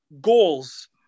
goals